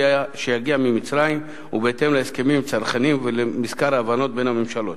היה שיגיע ממצרים בהתאם להסכמים הצרכניים ולמזכר ההבנות בין הממשלות.